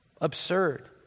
absurd